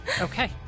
Okay